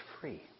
free